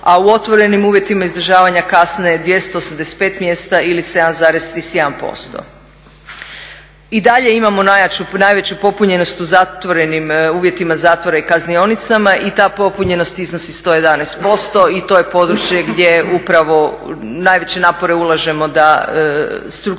a u otvorenim uvjetima izražavanja kazne 285 mjesta ili 7,31%. I dalje imamo najveću popunjenost u zatvorenim uvjetima zatvora i kaznionicama i ta popunjenost iznosi 111% i to je područje gdje upravo najveće napore ulažemo da strukturiramo